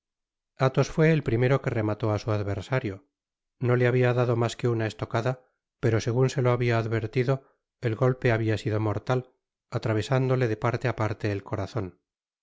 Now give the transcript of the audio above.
fué el primero que remató á su adversario no le habia dado mas que una estocada pero segun se lo habia advertido el golpe habia sido mortal atravesándole de parte á parte el corazon